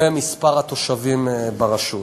ומספר התושבים ברשות.